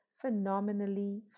phenomenally